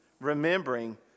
remembering